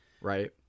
right